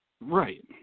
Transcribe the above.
Right